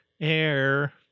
Air